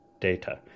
data